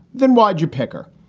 then why did you pick her?